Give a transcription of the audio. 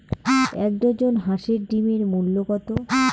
এক ডজন হাঁসের ডিমের মূল্য কত?